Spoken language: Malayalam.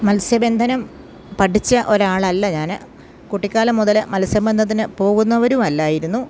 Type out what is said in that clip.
മത്സ്യബന്ധനം പഠിച്ച ഒരാളല്ല ഞാൻ കുട്ടിക്കാലം മുതൽ മത്സ്യബന്ധത്തിനു പോകുന്നവരും അല്ലായിരുന്നു